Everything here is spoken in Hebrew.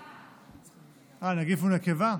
אה, נגיף הוא נקבה?